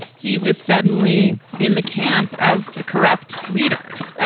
he was suddenly in the camp of ah corrupt leaders.